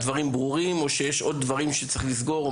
הדברים ברורים או שיש עוד דברים שצריך לסגור,